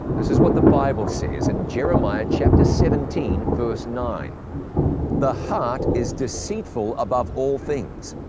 this is what the bible says in jeremiah chapter seventeen, verse nine the heart is deceitful above all things,